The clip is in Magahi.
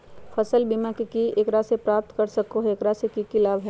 फसल बीमा की है, एकरा के प्राप्त कर सको है, एकरा से की लाभ है?